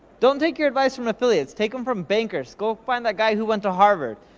don't take your advice from affiliates, take em from bankers. go find that guy who went to harvard,